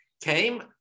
came